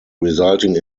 resulting